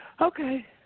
Okay